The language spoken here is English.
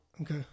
Okay